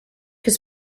his